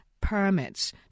permits